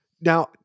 Now